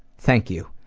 thank you.